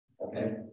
Okay